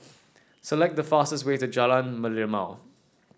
select the fastest way to Jalan Merlimau